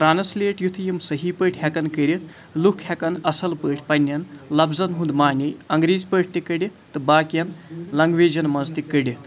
translate یُتھُے یِم صحیح پٲٹھۍ ہٮ۪کَن کٔرِتھ لُکھ ہٮ۪کَن اَصٕل پٲٹھۍ پنٛنٮ۪ن لفظَن ہُنٛد معنے انٛگریٖزِ پٲٹھۍ تہِ کٔڑِتھ تہٕ باقیَن لنٛگویجَن منٛز تہِ کٔڑِتھ